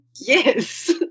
Yes